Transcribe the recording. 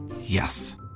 Yes